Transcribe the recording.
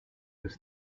with